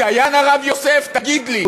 הוא דיין, הרב יוסף, תגיד לי?